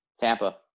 Tampa